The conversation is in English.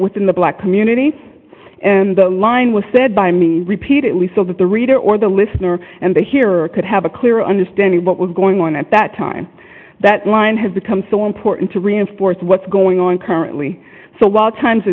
within the black community and the line was said by me repeatedly so that the reader or the listener and the hearer could have a clear understanding of what was going on at that time that line has become so important to reinforce what's going on currently so well times